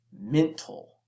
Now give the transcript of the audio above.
mental